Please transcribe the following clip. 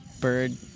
bird